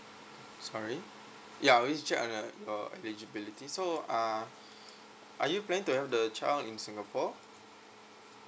sorry ya we check on your eligibility so uh are you planning to have the child in singapore